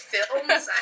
films